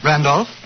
Randolph